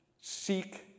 Seek